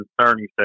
concerning